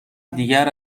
دیگر